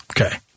Okay